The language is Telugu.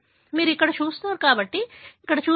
మీరు ఇక్కడ చూస్తారు కాబట్టి అక్కడే మీరు చూస్తారు